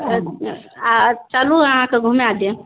आ चलू अहाँके घूमाए देब